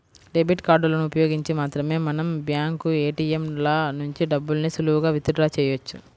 debit కార్డులను ఉపయోగించి మాత్రమే మనం బ్యాంకు ఏ.టీ.యం ల నుంచి డబ్బుల్ని సులువుగా విత్ డ్రా చెయ్యొచ్చు